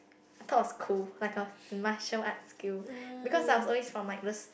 I thought was cool like a martial arts skill because I was always from like this